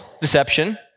deception